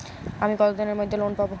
আমি কতদিনের মধ্যে লোন পাব?